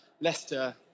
Leicester